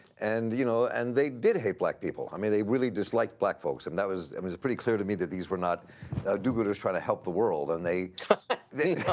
and, you know, and they did hate black people. i mean, they really disliked black folks and that was i mean pretty clear to me that these were not do-gooders trying to help the world, and they were